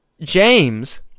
James